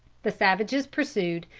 the savages pursued,